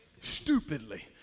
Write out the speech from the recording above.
stupidly